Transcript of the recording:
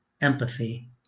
empathy